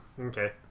Okay